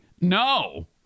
No